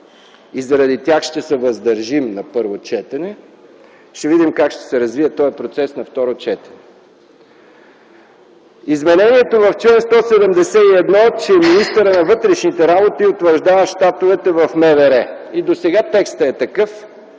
Заради тях ще се въздържим на първо четене. Ще видим как ще се развие този процес на второ четене. Измененията в чл. 171 са, че министърът на вътрешните работи утвърждава щатовете в МВР. И досега текстът е такъв,